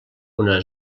una